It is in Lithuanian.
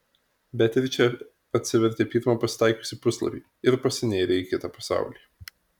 beatričė atsivertė pirmą pasitaikiusį puslapį ir pasinėrė į kitą pasaulį